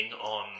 on